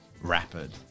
rapid